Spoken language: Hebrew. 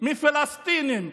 מפלסטינים